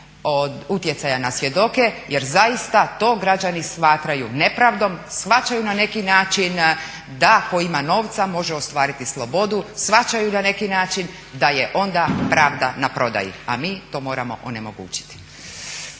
od utjecaja na svjedoke jer zaista to građani smatraju nepravdom, shvaćaju na neki način da tko ima novca može ostvariti slobodu, shvaćaju na neki način da je onda pravda na prodaji, a mi to moramo onemogućiti.